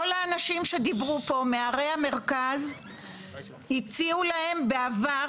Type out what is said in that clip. כל האנשים שדיברו פה מערי המרכז הציעו להם בעבר,